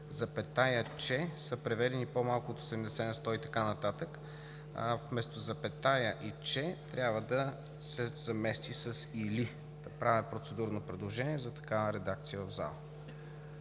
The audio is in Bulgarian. първо, че са преведени по-малко от 80 на сто…“ и така нататък, вместо запетая и „че“ трябва да се замести с „или“. Правя процедурно предложение за такава редакция в зала.